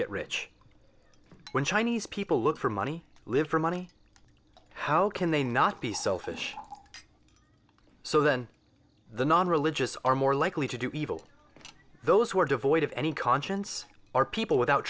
get rich when chinese people look for money live for money how can they not be selfish so then the non religious are more likely to do evil those who are devoid of any conscience are people without